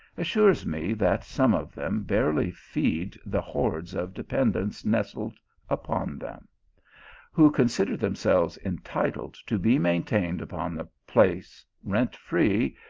assures me that some of them barely feed the hordes of de pendents nestled upon them who consider them selves entitled to be maintained upon the place, rent free,